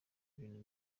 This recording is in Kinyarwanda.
ibintu